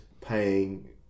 paying